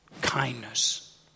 kindness